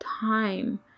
time